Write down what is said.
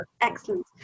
excellent